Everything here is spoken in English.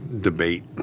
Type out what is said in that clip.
debate